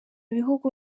bihugu